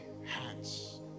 hands